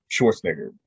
Schwarzenegger